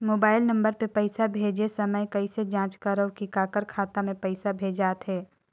Mobile number मे पइसा भेजे समय कइसे जांच करव की काकर खाता मे पइसा भेजात हे?